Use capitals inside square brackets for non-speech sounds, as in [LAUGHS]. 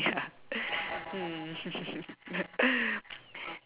ya [LAUGHS]